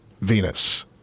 Venus